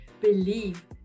believe